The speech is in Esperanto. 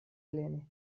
plene